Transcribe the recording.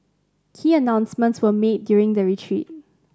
key announcements were made during the retreat